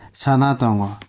sanatongo